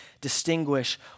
distinguish